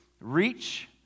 reach